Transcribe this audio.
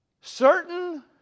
Certain